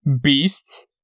beasts